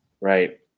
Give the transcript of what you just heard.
Right